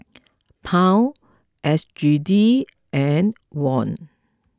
Pound S G D and Won